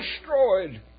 destroyed